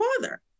father